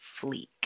fleek